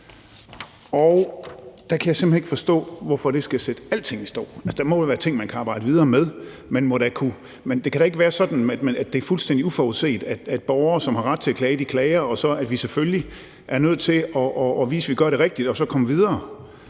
og der kan jeg simpelt hen ikke forstå, hvorfor det skal sætte alting i stå. Altså, der må vel være ting, man kan arbejde videre med. Det kan da ikke være sådan, at det er fuldstændig uforudset, at borgere, som har ret til at klage, klager, og at vi så selvfølgelig er nødt til at vise, at vi gør det rigtigt, og så komme videre.